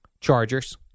Chargers